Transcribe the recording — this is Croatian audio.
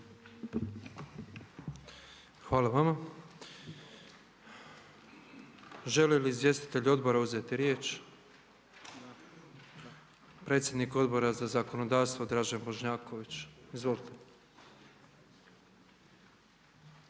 Hvala vama. Žele li izvjestitelji odbora uzeti riječ? Predsjednik Odbora za zakonodavstvo Dražen Bošnjaković, izvolite.